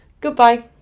Goodbye